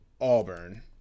Auburn